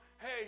Hey